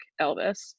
Elvis